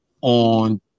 on